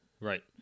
Right